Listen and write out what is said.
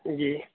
جی